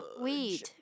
Weed